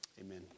Amen